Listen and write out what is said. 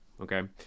okay